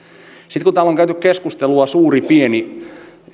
sitten kun täällä on käyty suuri pieni keskustelua